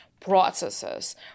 processes